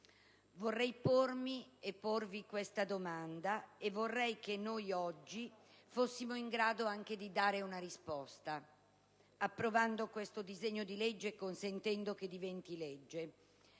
Vorrei pormi, e porvi, questa domanda, e vorrei che oggi fossimo in grado anche di darvi una risposta approvando questo disegno di legge e consentendo che diventi legge.